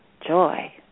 joy